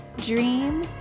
dream